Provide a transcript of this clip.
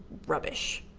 rubbish!